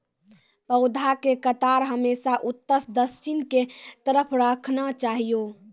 पौधा के कतार हमेशा उत्तर सं दक्षिण के तरफ राखना चाहियो